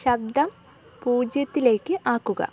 ശബ്ദം പൂജ്യത്തിലേക്ക് ആക്കുക